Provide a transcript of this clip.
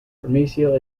vermicelli